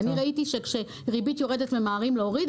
אני ראיתי שכשריבית יורדת ממהרים להוריד,